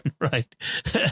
Right